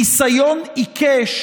ניסיון עיקש